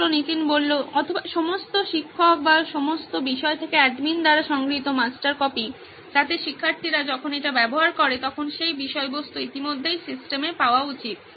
ছাত্র নীতিন অথবা সমস্ত শিক্ষক বা সমস্ত বিষয় থেকে অ্যাডমিন দ্বারা সংগৃহীত মাস্টার কপি যাতে শিক্ষার্থীরা যখন এটা ব্যবহার করে তখন সেই বিষয়বস্তু ইতিমধ্যেই সিস্টেমে পাওয়া উচিত